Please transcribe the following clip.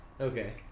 Okay